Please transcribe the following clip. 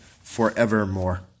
forevermore